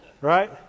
Right